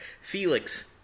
Felix